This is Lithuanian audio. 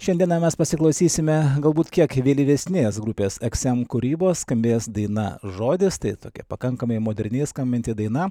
šiandieną mes pasiklausysime galbūt kiek vėlyvesnės grupės eksem kūrybos skambės daina žodis tai tokia pakankamai moderni skambinti daina